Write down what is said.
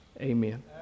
Amen